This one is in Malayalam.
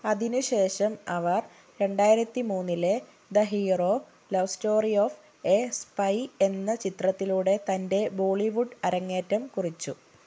അതിനുശേഷം അവർ രണ്ടായിരത്തി മൂന്നിലെ the hero love story of a spy എന്ന ചിത്രത്തിലൂടെ തൻ്റെ ബോളിവുഡ് അരങ്ങേറ്റം കുറിച്ചു